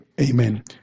Amen